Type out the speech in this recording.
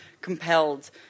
compelled